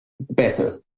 better